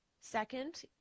Second